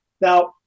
now